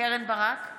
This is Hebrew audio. קרן ברק,